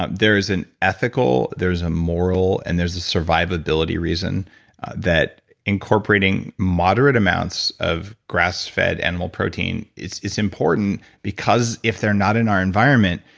ah there is an ethical, there is a moral, and there's a survivability reason that incorporating moderate amounts of grass-fed animal protein is important because, if they're not in our environment,